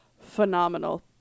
phenomenal